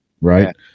right